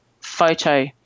Photo